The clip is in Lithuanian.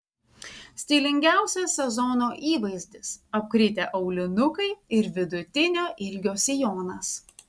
stilingiausias sezono įvaizdis apkritę aulinukai ir vidutinio ilgio sijonas